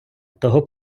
того